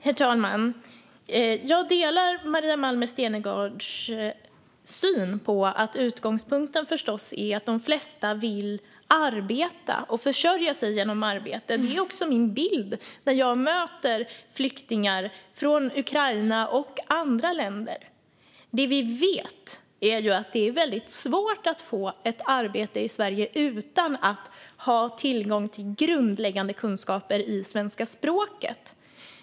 Herr talman! Jag delar Maria Malmer Stenergards syn att utgångspunkten förstås är att de flesta vill arbeta och försörja sig genom arbete. Det är också min bild när jag möter flyktingar från Ukraina och andra länder. Vi vet att det är väldigt svårt att få ett arbete i Sverige utan att ha tillgång till grundläggande kunskaper i svenska språket.